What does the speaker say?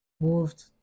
moved